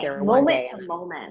moment-to-moment